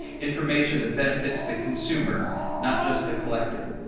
information that benefits the consumer, not just the collector.